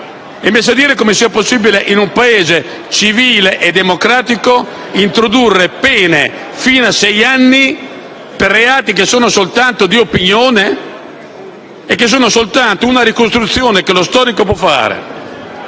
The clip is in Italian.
E mi sa dire come sia possibile, in un Paese civile e democratico, introdurre pene fino a sei anni per reati che sono soltanto di opinione, come una ricostruzione che lo storico o il